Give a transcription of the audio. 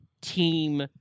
team